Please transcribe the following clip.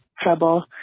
trouble